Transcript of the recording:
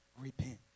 repent